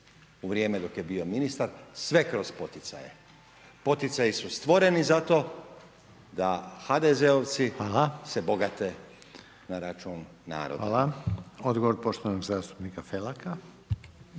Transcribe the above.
u vrijeme dok je bio ministar, sve kroz poticaje. Poticaji su stvoreni za to da HDZ-ovci se bogate na račun naroda.